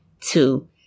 Two